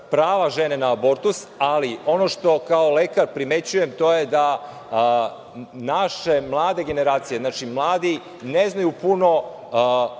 prava žene na abortus, ali ono što kao lekar primećujem, naše mlade generacije, mladi ne znaju puno